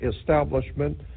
establishment